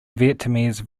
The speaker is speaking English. vietnamese